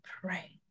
pray